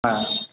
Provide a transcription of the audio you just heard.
হ্যাঁ